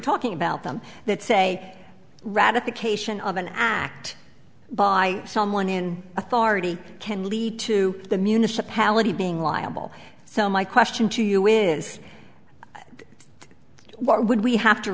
talking about them that say ratification of an act by someone in authority can lead to the municipality being liable so my question to you wince why would we have to